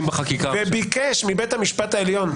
וביקש מבית המשפט העליון,